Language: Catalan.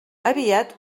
aviat